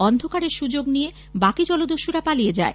অন্ধকারের সুযোগ নিয়ে বাকি জলদস্যুরা পালিয়ে যায়